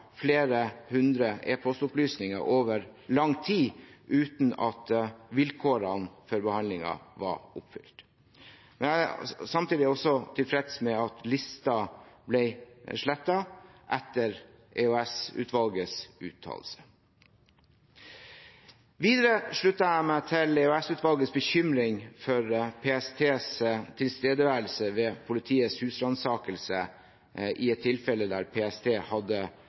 flere hundre e-postopplysninger over lang tid uten at vilkårene for behandlingen var oppfylt. Jeg er samtidig også tilfreds med at listen ble slettet etter EOS-utvalgets uttalelse. Videre slutter jeg meg til EOS-utvalgets bekymring for PSTs tilstedeværelse ved politiets husransakelse i et tilfelle der PST hadde